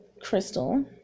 crystal